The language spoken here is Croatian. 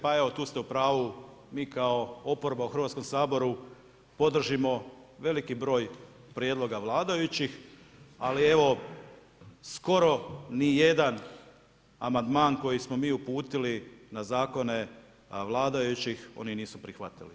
Pa evo tu ste u pravu, mi kao oporba u Hrvatskom saboru podržimo veliki broj prijedloga vladajućih, ali evo skoro ni jedan amandman koji smo mi uputili na zakone vladajućih oni nisu prihvatili.